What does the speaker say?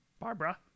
Barbara